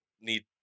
Need